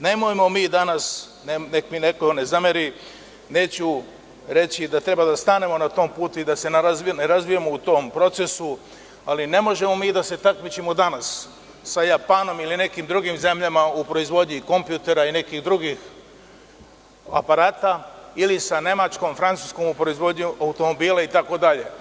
Nemojmo mi danas, neka mi neko ne zameri, neću reći da treba da stanemo na tom putu i da se ne razvijamo u tom procesu, ali ne možemo mi da se takmičimo danas sa Japanom ili sa nekim drugim zemljama u proizvodnji kompjutera i nekih drugih aparata ili sa Nemačkom i Francuskom u proizvodnji automobila itd.